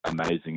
amazing